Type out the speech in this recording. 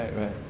right right